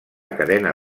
cadena